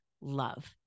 love